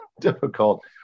difficult